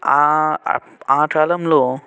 ఆ కాలంలో